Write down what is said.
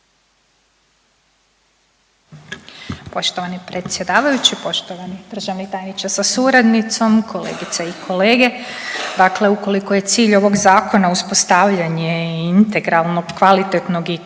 Poštovani predsjedavajući, poštovani državni tajniče sa suradnicom, kolegice i kolege. Dakle, ukoliko je cilj ovog zakona uspostavljanje integralnog, kvalitetnog i